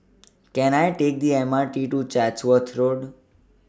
Can I Take The M R T to Chatsworth Road